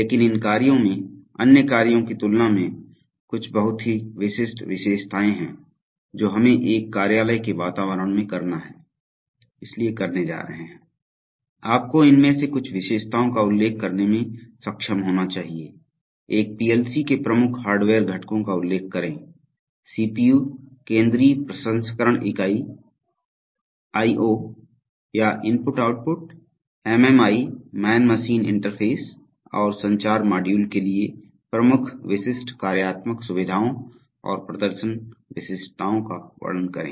लेकिन इन कार्यों में अन्य कार्यों की तुलना में कुछ बहुत ही विशिष्ट विशेषताएं हैं जो हमें एक कार्यालय के वातावरण में करना है इसलिए करने जा रहे हैं आपको इनमें से कुछ विशेषताओं का उल्लेख करने में सक्षम होना चाहिए एक पीएलसी के प्रमुख हार्डवेयर घटकों का उल्लेख करें सीपीयू केंद्रीय प्रसंस्करण इकाई आईओ या input output MMI man machine interface और संचार मॉड्यूल के लिए प्रमुख विशिष्ट कार्यात्मक सुविधाओं और प्रदर्शन विशिष्टताओं का वर्णन करें